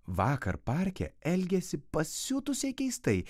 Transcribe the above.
vakar parke elgėsi pasiutusiai keistai